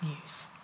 news